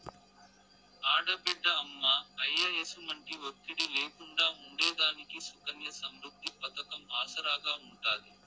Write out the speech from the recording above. ఆడబిడ్డ అమ్మా, అయ్య ఎసుమంటి ఒత్తిడి లేకుండా ఉండేదానికి సుకన్య సమృద్ది పతకం ఆసరాగా ఉంటాది